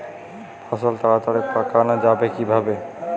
ফসল তাড়াতাড়ি পাকানো যাবে কিভাবে?